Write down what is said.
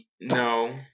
No